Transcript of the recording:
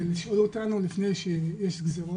וישאלו אותנו לפני שיש גזירות.